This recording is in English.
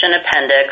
Appendix